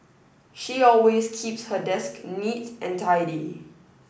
she always keeps her desk neat and tidy